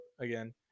again